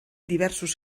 diversos